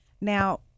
Now